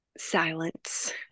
silence